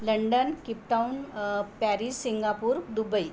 London Cape Town Paris Singapore Dubai